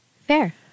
Fair